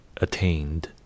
attained